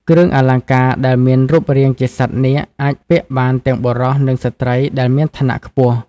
គ្រឿងអលង្ការដែលមានរូបរាងជាសត្វនាគអាចពាក់បានទាំងបុរសនិងស្ត្រីដែលមានឋានៈខ្ពស់។